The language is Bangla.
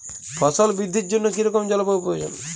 ফসল বৃদ্ধির জন্য কী রকম জলবায়ু প্রয়োজন?